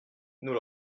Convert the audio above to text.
nous